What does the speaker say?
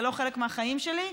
זה לא חלק מהחיים שלי.